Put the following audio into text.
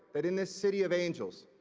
that in the city of angels,